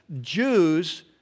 Jews